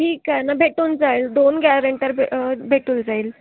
ठीक आहे ना भेटून जाईल दोन गॅरेंटर भे भेटून जाईल